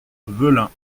velin